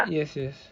yes yes